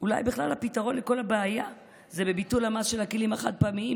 אולי בכלל הפתרון לכל הבעיה זה בביטול המס של הכלים החד-פעמיים,